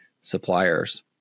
suppliers